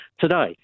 Today